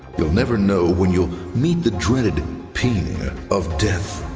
you'll never know when you'll meet the dreaded ping of death.